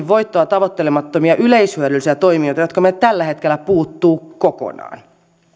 voittoa tavoittelemattomia yleishyödyllisiä toimijoita jotka meiltä tällä hetkellä puuttuvat kokonaan